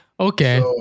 Okay